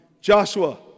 Joshua